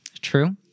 True